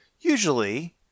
usually